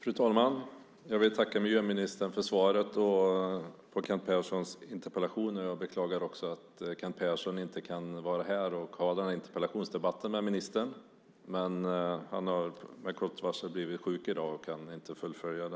Fru talman! Jag vill tacka miljöministern för svaret på Kent Perssons interpellation. Jag beklagar att Kent Persson inte kan vara här och ta interpellationsdebatten med ministern. Han har med kort varsel blivit sjuk i dag och kan inte fullfölja